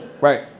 right